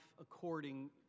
according